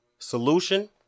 Solution